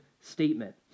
statement